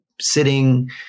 sitting